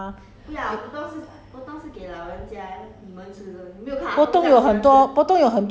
orh 你应该吃那个 potong 的 ice cream 就好 mah